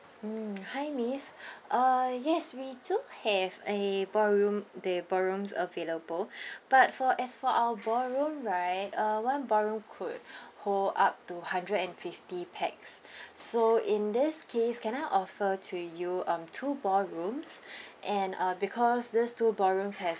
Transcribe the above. mm hi miss uh yes we do have a ballroom the ballrooms available but for as for our ballroom right uh one ballroom could hold up to hundred and fifty pax so in this case can I offer to you um two ballrooms and uh because this two ballrooms has